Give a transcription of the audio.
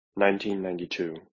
1992